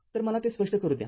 तर मला ते स्पष्ट करू द्या